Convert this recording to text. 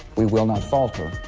we will not falter,